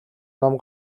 ном